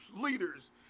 leaders